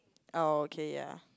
oh okay ya